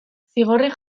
zigorrik